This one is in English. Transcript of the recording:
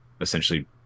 essentially